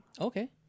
Okay